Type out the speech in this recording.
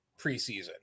preseason